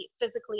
physically